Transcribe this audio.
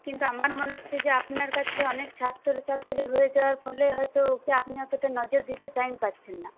কিন্তু আমার মনে হচ্ছে যে আপনার কাছে অনেক ছাত্র ছাত্রী হয়ে যাওয়ার ফলে হয়তো ওকে আপনি অতোটা নজর দিতে টাইম পারছেন না